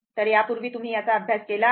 तर यापूर्वी तुम्ही याचा अभ्यास केला आहे